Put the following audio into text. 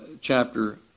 chapter